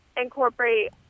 incorporate